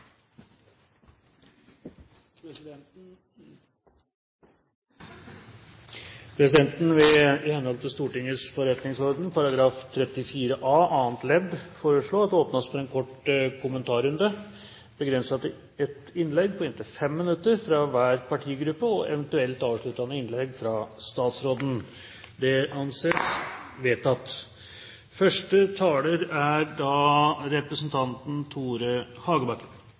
Presidenten vil, i henhold til Stortingets forretningsordens § 34 a annet ledd, foreslå at det åpnes for en kort kommentarrunde, begrenset til ett innlegg på inntil 5 minutter fra hver partigruppe og eventuelt avsluttende innlegg fra statsråden. – Det anses vedtatt.